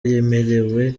yemerewe